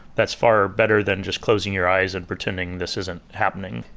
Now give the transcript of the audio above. that's far better than just closing your eyes and pretending this isn't happening.